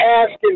asking